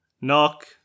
knock